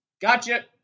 gotcha